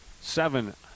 seven